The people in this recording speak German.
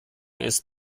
ist